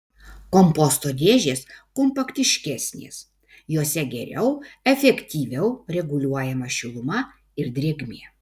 komposto dėžės kompaktiškesnės jose geriau efektyviau reguliuojama šiluma ir drėgmė